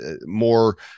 more